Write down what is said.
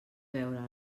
veure